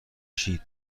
شید